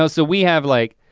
so so we have like,